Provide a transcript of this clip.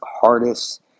hardest